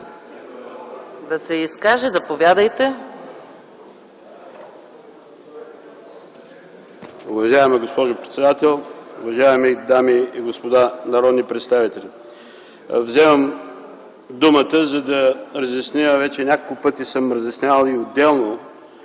да се изкаже. Заповядайте.